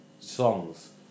songs